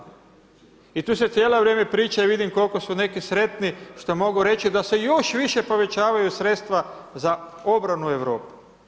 I tu se cijelo vrijeme priča i vidim koliko su neki sretni, što mogu reći da se još više povećavaju sredstva za ogromnu Europu.